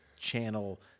channel